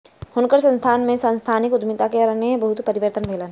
हुनकर संस्थान में सांस्थानिक उद्यमिताक कारणेँ बहुत परिवर्तन भेलैन